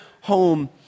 home